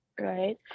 Right